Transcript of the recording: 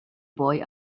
boy